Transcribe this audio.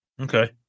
okay